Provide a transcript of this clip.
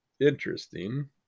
Interesting